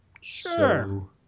Sure